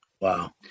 Wow